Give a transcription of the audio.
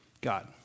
God